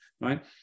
Right